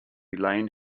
elaine